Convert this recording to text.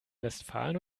westfalen